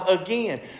again